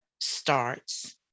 starts